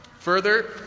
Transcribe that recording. Further